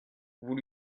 vous